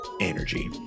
energy